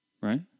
Right